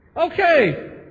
Okay